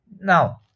now